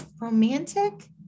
romantic